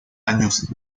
años